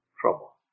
trouble